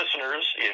listeners